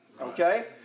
okay